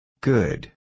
Good